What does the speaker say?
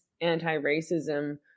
anti-racism